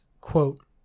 quote